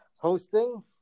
hosting